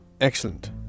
Excellent